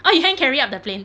ah you hand carry up the plane